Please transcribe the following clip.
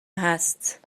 هست